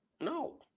No